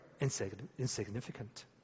insignificant